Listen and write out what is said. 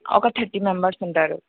ఒక thirty members ఉంటారు